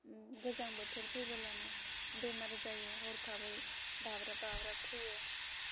गोजां बोथोर फैबोलानो बेमार जायो हरखाबै बाब्राब बाब्राब थैयो